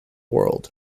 world